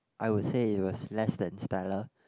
I would say that it was less than stellar